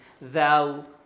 thou